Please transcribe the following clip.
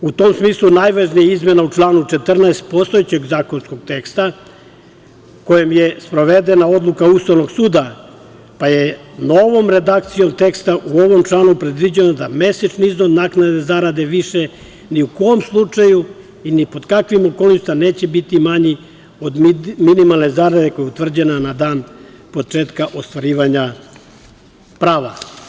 U tom smislu najvažnija je izmena u članu 14. postojećeg zakonskog teksta kojem je sprovedena odluka Ustavnog suda, pa je novo redakcijom teksta u ovom članu predviđeno da mesečni iznos naknade zarade više ni u kom slučaju, ni pod kakvim okolnostima neće biti manji od minimalne zarade koja je utvrđena na dan početka ostvarivanja prava.